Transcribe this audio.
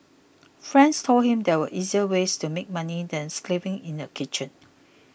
friends told him there were easier ways to make money than slaving in a kitchen